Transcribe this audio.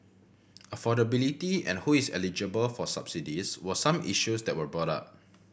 affordability and who is eligible for subsidies were some issues that were brought up